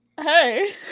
Hey